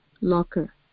locker